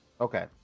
Okay